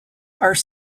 are